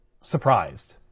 surprised